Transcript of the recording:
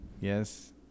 yes